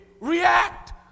react